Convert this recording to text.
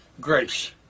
Grace